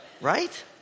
right